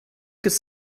could